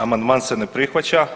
Amandman se ne prihvaća.